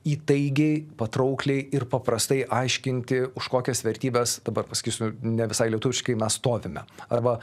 įtaigiai patraukliai ir paprastai aiškinti už kokias vertybes dabar pasakysiu ne visai lietuviškai mes stovime arba